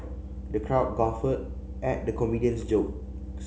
the crowd guffawed at the comedian's jokes